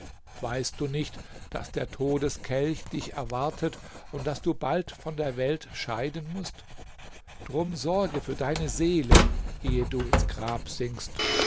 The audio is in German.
weißt du nicht daß der todeskelch dich erwartet und daß du bald von der welt scheiden mußt drum sorge für deine seele ehe du ins grab sinkst